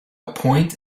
point